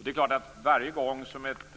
Det är klart att varje gång som ett